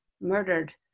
murdered